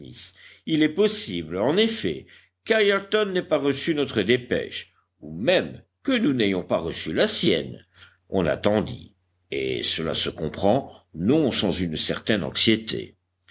il est possible en effet qu'ayrton n'ait pas reçu notre dépêche ou même que nous n'ayons pas reçu la sienne on attendit et cela se comprend non sans une certaine anxiété